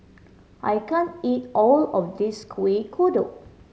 I can't eat all of this Kueh Kodok